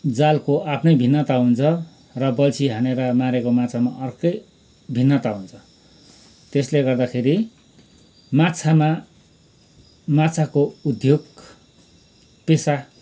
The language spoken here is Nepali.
जालको आफ्नै भिन्नता हुन्छ र बल्छी हानेर मारेको माछामा अर्कै भिन्नता हुन्छ त्यसले गर्दाखेरि माछामा माछाको उद्योग पेसा